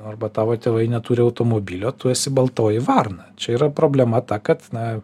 arba tavo tėvai neturi automobilio tu esi baltoji varna čia yra problema ta kad na